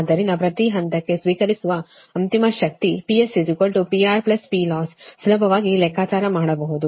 ಆದ್ದರಿಂದ ಪ್ರತಿ ಹಂತಕ್ಕೆ ಕಳುಹಿಸುವ ಅಂತಿಮ ಶಕ್ತಿ PS PR PLoss ಸುಲಭವಾಗಿ ಲೆಕ್ಕಾಚಾರ ಮಾಡಬಹುದು